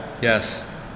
Yes